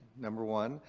number one.